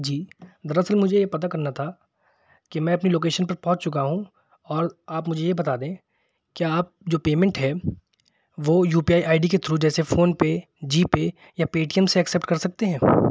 جی دراصل مجھے یہ پتہ کرنا تھا کہ میں اپنی لوکیشن پر پہنچ چکا ہوں اور آپ مجھے یہ بتا دیں کیا آپ جو پیمنٹ ہے وہ U P I I D کے تھرو جیسے فون پے جی پے یا پے ٹی ایم سے ایکسپٹ کر سکتے ہیں